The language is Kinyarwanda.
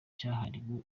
cyahariwe